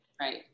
right